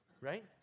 Right